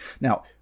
Now